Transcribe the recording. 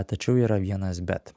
tačiau yra vienas bet